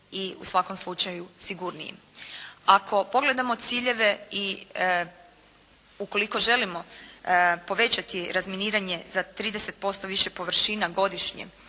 i u svakom slučaju sigurnijim. Ako pogledamo ciljeve i ukoliko želimo povećati razminiranje za 30% više površina godišnje